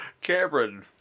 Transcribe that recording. Cameron